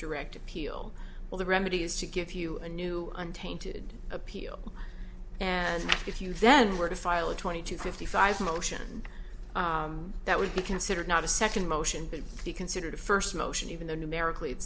direct appeal well the remedy is to give you a new untainted appeal and if you then were to file a twenty two fifty five motion that would be considered not a second motion but you considered a first motion even though numerically